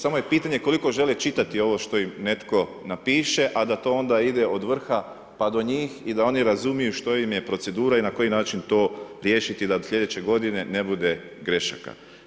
Samo je pitanje koliko žele čitati ovo što im netko napiše, a da to onda ide od vrha pa do njih i da oni razumiju što im je procedura i na koji način to riješiti da sljedeće godine ne bude grešaka.